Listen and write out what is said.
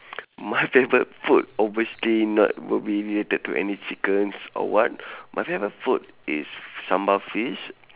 my favourite food obviously not would be related to any chickens or what my favourite food is sambal fish